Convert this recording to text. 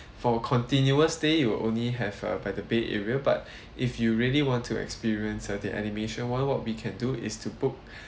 for continuous day you will only have uh by the bay area but if you really want to experience certain animation [one] what we can do is to book